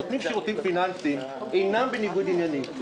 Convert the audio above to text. נותני שירותים פיננסיים אינם בניגוד עניינים.